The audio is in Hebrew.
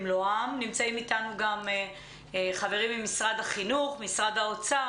נמצאים איתנו גם חברים ממשרד החינוך, ממשרד האוצר.